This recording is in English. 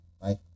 Right